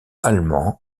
allemand